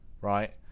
right